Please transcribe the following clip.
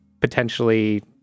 potentially